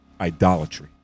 idolatry